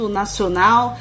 nacional